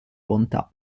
bontà